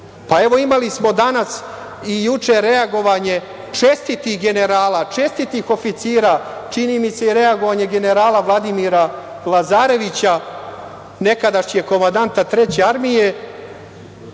Pa, evo, imali smo danas i juče reagovanje čestitih generala, čestitih oficira, čini mi se i reagovanje generala Vladimira Lazarevića, nekadašnjeg komandanta treće armije,